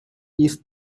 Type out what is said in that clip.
east